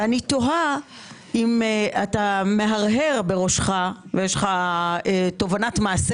ואני תוהה אם אתה מהרהר - ויש לך תובנת מעשה